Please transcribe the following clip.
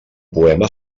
poema